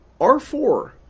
R4